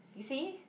you see